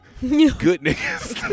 goodness